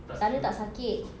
sana tak sakit